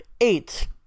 eight